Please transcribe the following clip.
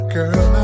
Girl